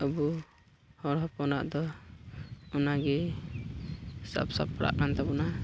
ᱟᱵᱚ ᱦᱚᱲ ᱦᱚᱯᱚᱱᱟᱜ ᱫᱚ ᱚᱱᱟᱜᱮ ᱥᱟᱵ ᱥᱟᱯᱲᱟᱜ ᱠᱟᱱ ᱛᱟᱵᱚᱱᱟ